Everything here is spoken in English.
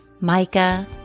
Micah